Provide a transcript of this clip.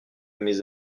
mes